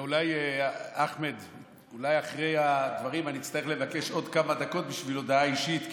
אולי אחרי הדברים אני אצטרך לבקש עוד כמה דקות בשביל הודעה אישית,